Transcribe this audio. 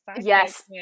Yes